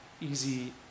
easy